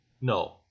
no